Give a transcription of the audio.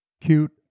cute